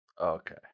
Okay